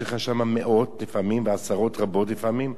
יש לך שם מאות לפעמים, ועשרות רבות לפעמים,